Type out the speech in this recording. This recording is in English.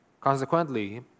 Consequently